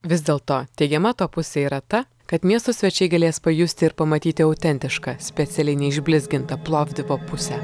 vis dėlto teigiama to pusė yra ta kad miesto svečiai galės pajusti ir pamatyti autentišką specialiai neišblizgintą plovdivo pusę